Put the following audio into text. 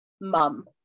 mum